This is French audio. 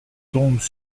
tombent